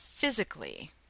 physically